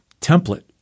template